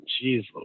Jesus